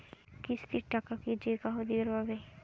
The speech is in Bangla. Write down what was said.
কিস্তির টাকা কি যেকাহো দিবার পাবে?